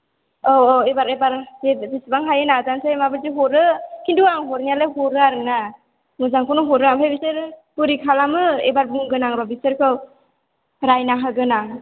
औ औ एबार एबार बिसिबां हायो नाजासै माबादि हरो खिन्थु आं हरनायालाय हरो आरो ना मोजांखौनो हरो ओमफ्राय बिसोर बोरै खालामो एबार बुंगोन आं र' बिसोरखौ रायना होगोन आं